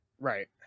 Right